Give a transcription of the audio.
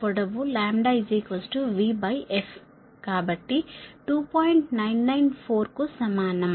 994 కు సమానం